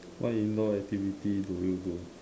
what indoor activity do you do